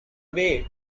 way